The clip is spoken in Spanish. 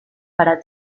para